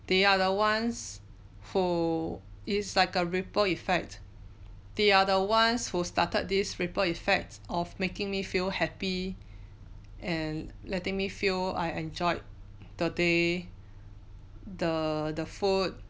they are the ones who is like a ripple effect they are the ones who started this ripple effects of making me feel happy and letting me feel I enjoyed the day the the food